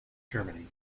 germany